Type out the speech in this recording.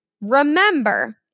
Remember